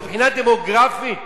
מבחינה דמוגרפית,